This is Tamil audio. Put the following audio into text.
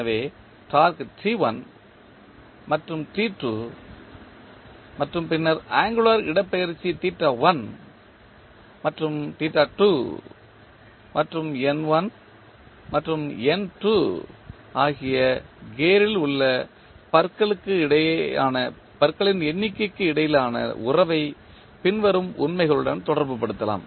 எனவே டார்க்கு மற்றும் மற்றும் பின்னர் ஆங்குளர் இடப்பெயர்ச்சி மற்றும் மற்றும் மற்றும் ஆகிய கியரில் உள்ள பற்களின் எண்களுக்கு இடையிலான உறவை பின்வரும் உண்மைகளுடன் தொடர்புபடுத்தலாம்